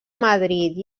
madrid